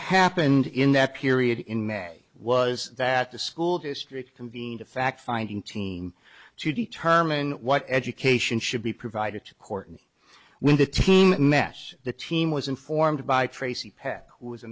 happened in that period in may was that the school district convened a fact finding team to determine what education should be provided to courtney when the team mess the team was informed by tracey pat was a